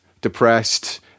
depressed